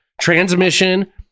Transmission